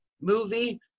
movie